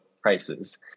prices